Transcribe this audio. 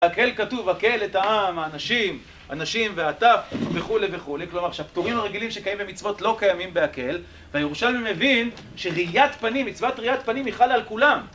בהקהל כתוב, הקהל את העם, האנשים, הנשים והטף וכו' וכו'. כלומר, שהפטורים הרגילים שקיים במצוות לא קיימים בהקהל והירושלמי מבין שראיית פנים, מצוות ראיית פנים, היא חלה על כולם.